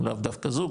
לאו דווקא זוג,